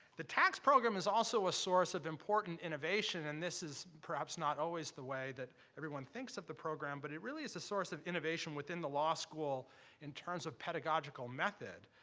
the tax program is also a source of important innovation, and this is perhaps not always the way that everyone thinks of the program, but it really is a source of innovation within the law school in terms of pedagogical method,